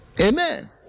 amen